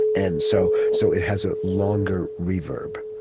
and so so it has a longer reverb